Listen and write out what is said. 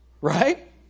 Right